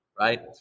right